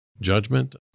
judgment